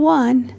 one